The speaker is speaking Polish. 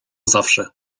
zawsze